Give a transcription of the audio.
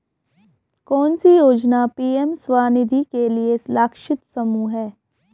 कौन सी योजना पी.एम स्वानिधि के लिए लक्षित समूह है?